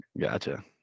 Gotcha